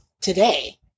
today